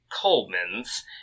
Coleman's